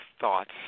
thoughts